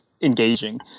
engaging